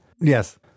Yes